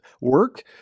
work